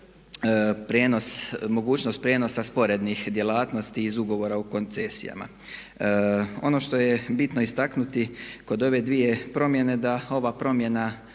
mogućnost prijenosa sporednih djelatnosti iz ugovora o koncesijama. Ono što je bitno istaknuti kod ove dvije promjene da ova promjena